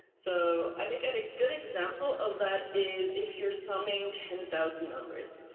so i think and a good example of that is if you're summing ten thousand numbers.